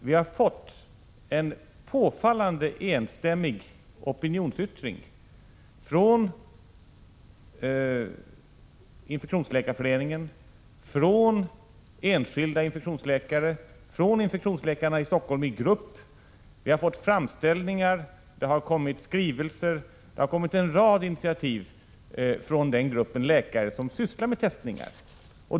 Vi har fått mycket enstämmiga opinionsyttringar från Infektionsläkarföreningen, enskilda infektionsläkare och infektionsläkarna i Stockholm som grupp. Dessa har kommit till uttryck i framställningar och skrivelser som vi har fått och i en rad initiativ som tagits från den grupp läkare som arbetar med testningar.